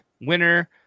Winner